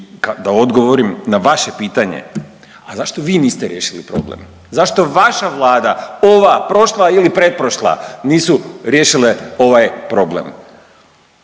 da odgovorim na vaše pitanje, a zašto vi niste riješili problem? Zašto vaša Vlada, ova, prošla ili pretprošla nisu riješile ovaj problem?